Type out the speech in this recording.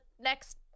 next